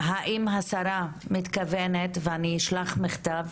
האם השרה מתכוונת, ואני אשלח מכתב,